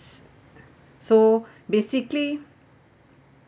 so basically